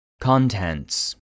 Contents